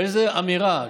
ואיזו אמירה,